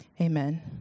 Amen